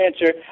answer